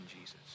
Jesus